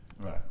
Right